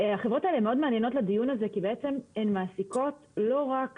החברות האלה מאוד מעניינות לדיון הזה כי בעצם הן מעסיקות לא רק